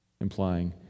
Implying